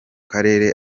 karere